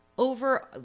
over